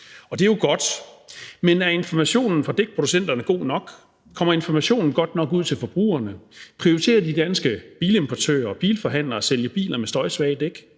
det er jo godt, men er informationen fra dækproducenterne god nok? Kommer informationen godt nok ud til forbrugerne? Prioriterer De Danske Bilimportører og bilforhandlere at sælge biler med støjsvage dæk?